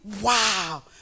wow